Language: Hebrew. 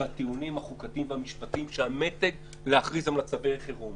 בטיעונים החוקתיים והמשפטיים שהם המתג להכריז על מצבי חירום,